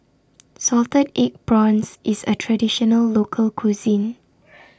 Salted Egg Prawns IS A Traditional Local Cuisine